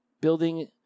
building